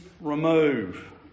remove